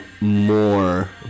more